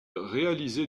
réalisait